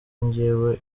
njyewe